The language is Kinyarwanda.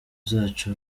zacu